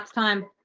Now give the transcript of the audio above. um time.